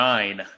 Nine